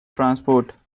transport